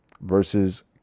versus